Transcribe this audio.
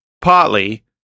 partly